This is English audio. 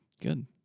Good